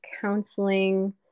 counseling